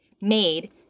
made